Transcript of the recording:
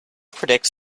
predicts